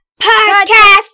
Podcast